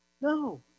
No